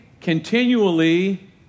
continually